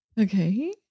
Okay